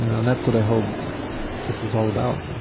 and that's what i hope this is all about.